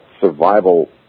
survival